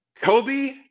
kobe